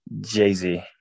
Jay-Z